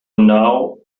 now